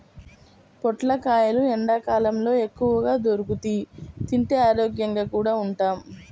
పొట్లకాయలు ఎండ్లకాలంలో ఎక్కువగా దొరుకుతియ్, తింటే ఆరోగ్యంగా కూడా ఉంటాం